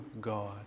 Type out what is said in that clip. God